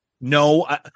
No